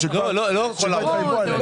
מחויבים.